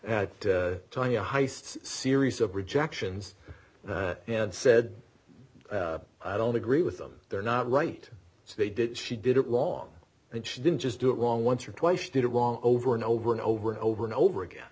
at tiny heists series of rejections and said i don't agree with them they're not right so they did she did it long and she didn't just do it wrong once or twice did it long over and over and over and over and over again